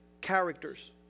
characters